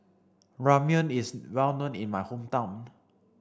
Ramyeon is well known in my hometown